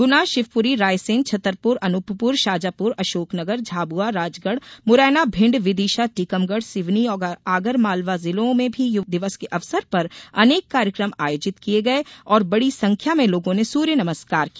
गुना शिवपुरी रायसेन छतरपुर अनुपपुर शाजापुर अशोकनगर झाबुआ राजगढ़ मुरैना भिंड विदिशा टीकमगढ सिवनी और आगर मालवा जिलों में भी युवा दिवस के अवसर पर अनेक कार्यक्रम आयोजित किये गये और बड़ी संख्या में लोगो ने सूर्य नमस्कार किया